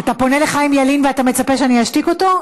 אתה פונה לחיים ילין ואתה מצפה שאני אשתיק אותו?